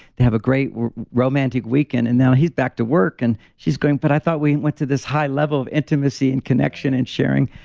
they have a great romantic weekend. and now, he's back to work and she's going back. but i thought we went to this high level of intimacy and connection and sharing.